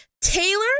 Taylor